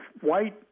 white